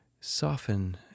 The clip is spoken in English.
soften